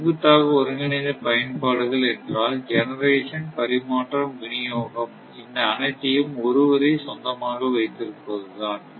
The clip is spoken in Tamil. செங்குத்தாக ஒருங்கிணைந்த பயன்பாடுகள் என்றால் ஜெனரேஷன் பரிமாற்றம் விநியோகம் இந்த அனைத்தையும் ஒருவரே சொந்தமாக வைத்திருப்பதுதான்